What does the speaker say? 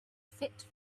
fit